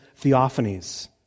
theophanies